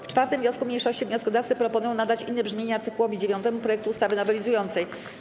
W 4. wniosku mniejszości wnioskodawcy proponują nadać inne brzmienie art. 9 projektu ustawy nowelizującej.